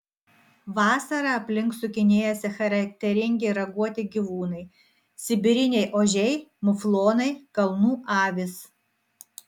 vasarą aplink sukinėjasi charakteringi raguoti gyvūnai sibiriniai ožiai muflonai kalnų avys